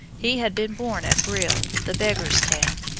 he had been born at brille, the beggars' town,